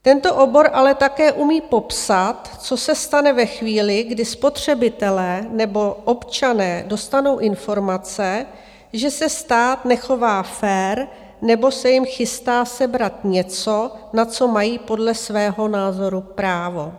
Tento obor ale také umí popsat, co se stane ve chvíli, kdy spotřebitelé nebo občané dostanou informace, že se stát nechová fér nebo se jim chystá sebrat něco, na co mají podle svého názoru právo.